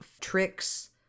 tricks-